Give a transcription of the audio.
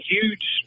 huge